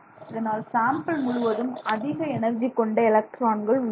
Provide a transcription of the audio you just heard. இதனால் சாம்பிள் முழுவதும் அதிக எனர்ஜி கொண்ட எலக்ட்ரான்கள் உள்ளன